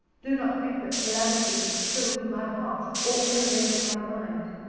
do not think that calamity has chilled my heart, or enervated my mind.